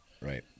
right